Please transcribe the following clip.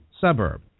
suburb